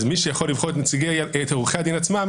אז מי שיכול לבחור את עורכי הדין עצמם